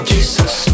Jesus